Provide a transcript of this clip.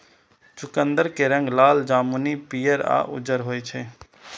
चुकंदर के रंग लाल, जामुनी, पीयर या उज्जर होइ छै